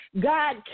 God